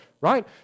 right